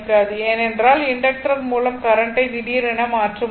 ஏனென்றால் இண்டக்டர் மூலம் கரண்ட் ஐ திடீரென மாற்ற முடியாது